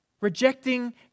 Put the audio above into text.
Rejecting